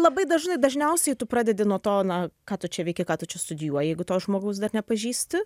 labai dažnai dažniausiai tu pradedi nuo to na ką tu čia veiki ką tu čia studijuoji jeigu to žmogaus dar nepažįsti